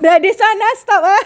the this one stop ah